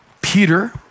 Peter